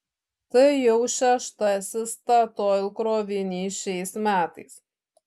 tai jau šeštasis statoil krovinys šiais metais